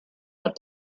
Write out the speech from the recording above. got